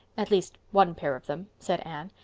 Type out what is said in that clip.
at least one pair of them, said anne.